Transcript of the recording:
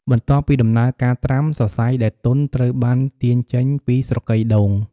បន្ទាប់ពីដំណើរការត្រាំ សរសៃដែលទន់ត្រូវបានទាញចេញពីស្រកីដូង។